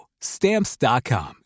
Stamps.com